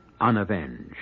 unavenged